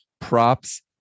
props